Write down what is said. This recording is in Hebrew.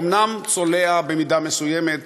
אומנם צולע במידה מסוימת,